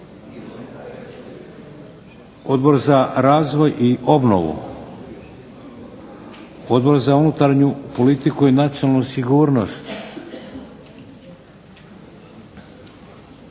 Odbor za razvoj i obnovu? Odbor za unutarnju politiku i nacionalnu sigurnost?